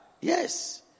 Yes